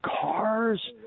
cars